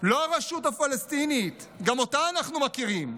לא הרשות הפלסטינית, גם אותה אנחנו מכירים,